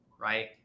right